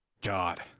God